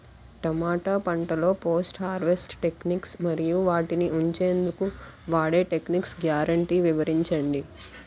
టమాటా పంటలో post harvest techniques మరియు వాటిని ఉంచెందుకు వాడే టెక్నిక్స్ గ్యారంటీ వివరించండి?